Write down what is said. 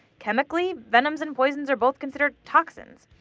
chemically, venoms and poisons are both considered toxins,